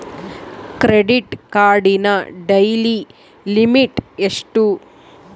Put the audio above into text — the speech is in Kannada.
ಕ್ರೆಡಿಟ್ ಕಾರ್ಡಿನ ಡೈಲಿ ಲಿಮಿಟ್ ಎಷ್ಟು?